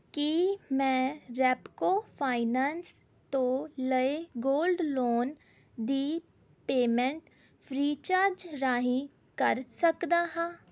ਕੀ ਮੈਂ Repco finance ਤੋਂ ਲਏ ਗੋਲਡ ਲੋਨ ਦੀ ਪੇਮੈਂਟ ਫ੍ਰੀਚਾਰਜ ਰਾਹੀਂ ਕਰ ਸਕਦਾ ਹਾਂ